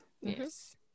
Yes